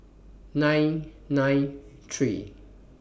nine nine three